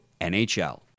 NHL